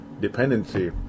dependency